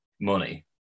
money